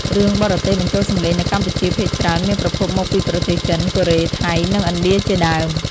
រឿងបរទេសបញ្ចូលសម្លេងនៅកម្ពុជាភាគច្រើនមានប្រភពមកពីប្រទេសចិន កូរ៉េ ថៃ និងឥណ្ឌាជាដើម។